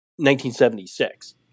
1976